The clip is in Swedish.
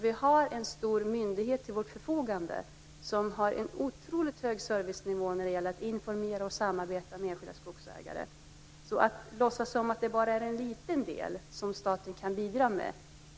Vi har en stor myndighet till vårt förfogande som har en otroligt hög servicenivå när det gäller att informera och att samarbeta med enskilda skogsägare. Det är inte sant att det skulle vara bara en liten del som staten kan bidra med.